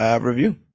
review